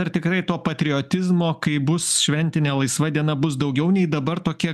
ar tikrai to patriotizmo kaip bus šventinė laisva diena bus daugiau nei dabar tokia